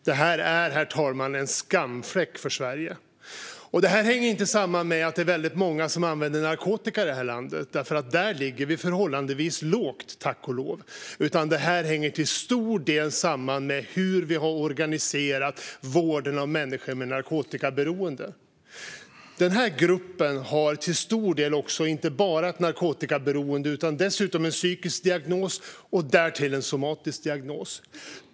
Det är en skamfläck för Sverige. Detta hänger inte samman med att det är väldigt många som använder narkotika i vårt land, för här ligger vi tack och lov förhållandevis lågt. Utan det hänger till stor del samman med hur vi har organiserat vården av människor med narkotikaberoende. Denna grupp har ofta inte bara ett narkotikaberoende utan även en psykisk diagnos och därtill en somatisk diagnos.